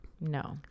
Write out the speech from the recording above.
no